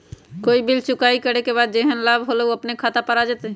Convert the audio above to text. कोई बिल चुकाई करे के बाद जेहन लाभ होल उ अपने खाता पर आ जाई?